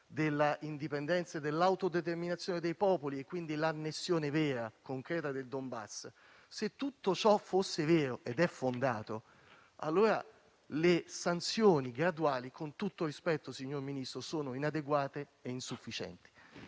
dell'indipendenza e dell'autodeterminazione dei popoli e, quindi, l'annessione vera e concreta del Donbass. Se tutto ciò fosse vero - ed è fondato - le sanzioni graduali, con tutto il rispetto, signor Ministro, sono inadeguate e insufficienti.